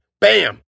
Bam